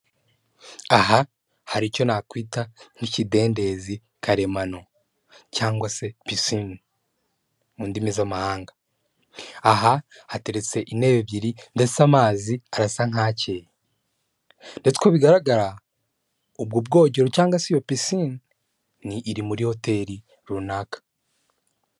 Aha hari icyo nakwita nk'ikidendezi karemano cyangwa se pisine mu ndimi z'amahanga. Aha hateretse intebe ebyiri ndetse amazi arasa nk'akeye, ndetse ko bigaragara ubwo bwogero cyangwa se iyo pisine iri muri hotel runaka.